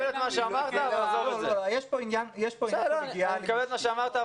אני מקבל את מה שאמרת --- יש פה עניין של --- אני מקבל את מה שאמרת,